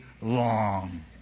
long